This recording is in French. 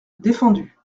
défendu